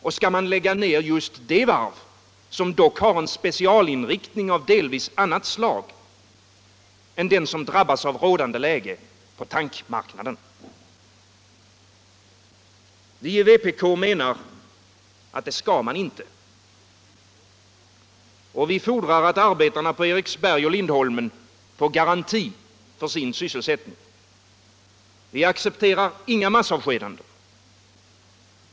Och skall man lägga ner det varv, som dock har en specialinriktning av delvis annat slag än den som drabbas av rådande läge på tankmarknaden? Vi i vpk menar att det skall man inte. Vi fordrar att arbetarna på Eriksberg och Lindholmen får garanti för sin sysselsättning. Vi accepterar inga massavskedanden.